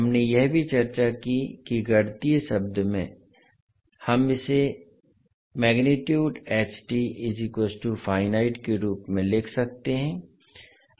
हमने यह भी चर्चा की कि गणितीय शब्द में हम इसे के रूप में लिख सकते हैं